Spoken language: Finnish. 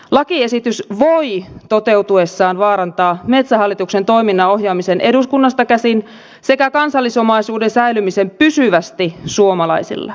lakiesitys voi toteutuessaan vaarantaa metsähallituksen toiminnan ohjaamisen eduskunnasta käsin sekä kansallisomaisuuden säilymisen pysyvästi suomalaisilla